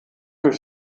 durch